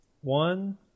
one